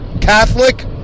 Catholic